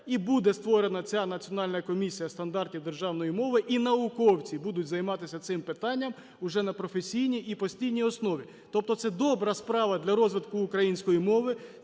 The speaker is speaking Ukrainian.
і буде створена ця Національна комісія стандартів державної мови, і науковці будуть займатися цим питанням уже на професійній і постійній основі. Тобто це добра справа для розвитку української мови.